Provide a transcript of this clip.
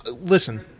Listen